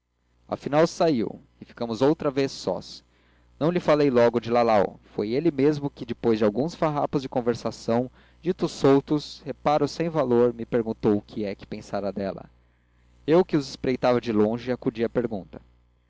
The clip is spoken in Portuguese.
afinal saiu e ficamos outra vez sós não lhe falei logo de lalau foi ele mesmo que depois de alguns farrapos de conversação ditos soltos reparos sem valor me perguntou o que é que pensara dela eu que os espreitava de longe acudi à pergunta